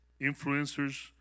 influencers